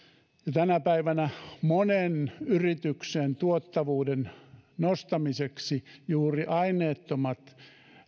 tänä päivänä monen yrityksen tuottavuuden nostamiseksi juuri aineettomat